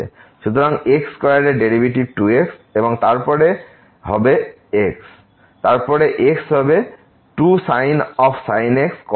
সুতরাং x square এর derivative 2x এবং তারপর x হবে 2sin x cos x